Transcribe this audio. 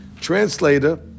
translator